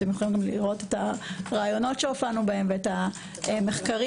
תוכלו לראות את הראיונות שהופענו בהם ואת המחקרים,